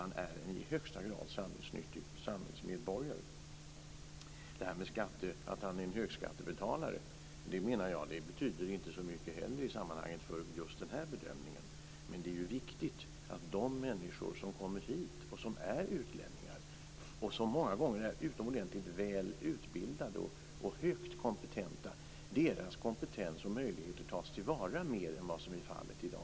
Han är också en i allra högsta grad samhällsnyttig samhällsmedborgare. Det här att han är en högskattebetalare menar jag inte betyder så mycket i sammanhanget för just den här bedömningen. Men det är ju viktigt när det gäller de människor som kommer hit, som är utlänningar och som många gånger är utomordentligt väl utbildade och högt kompetenta att deras kompetens och möjligheter tas till vara mer än vad som är fallet i dag.